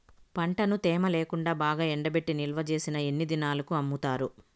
పంటను తేమ లేకుండా బాగా ఎండబెట్టి నిల్వచేసిన ఎన్ని దినాలకు అమ్ముతారు?